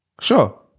sure